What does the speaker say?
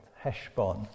Heshbon